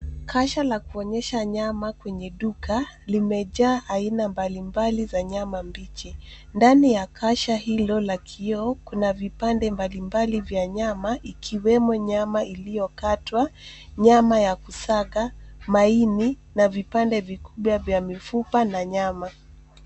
Kasha la kuonyesha nyama kwenye duka, limejaa aina mbalimbali za nyama mbichi. Ndani ya kasha hilo la kioo, kuna vipande mbalimbali vya nyama, ikiwemo nyama liyokatwa, nyama ya kusaga, maini na vipande vingine vya mifupa na nyama.